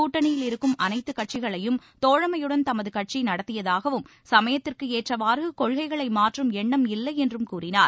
கூட்டணியில் இருக்கும் அனைத்து கட்சிகளையும் தோழமையுடன் தமது கட்சி நடத்தியதாகவும் சமயத்திற்கு ஏற்றவாறு கொள்கைகளை மாற்றும் எண்ணம் இல்லை என்றும் கூறினார்